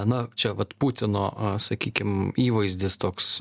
na čia vat putino sakykim įvaizdis toks